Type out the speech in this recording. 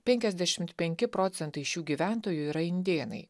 penkiasdešimt penki procentai šių gyventojų yra indėnai